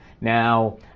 Now